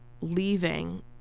leaving